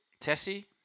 Tessie